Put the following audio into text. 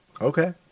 Okay